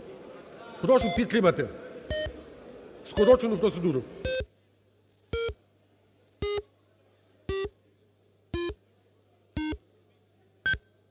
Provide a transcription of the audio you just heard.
Прошу підтримати скорочену процедуру.